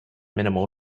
minimal